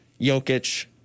Jokic